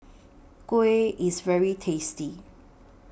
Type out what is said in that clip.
Kuih IS very tasty